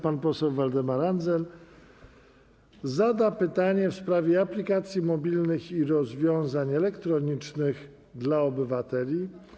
Pan poseł Waldemar Andzel zada pytanie w sprawie aplikacji mobilnych i rozwiązań elektronicznych dla obywateli.